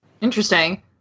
Interesting